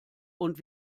und